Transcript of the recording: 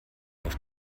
auf